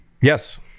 yes